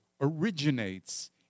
originates